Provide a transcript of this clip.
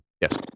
Yes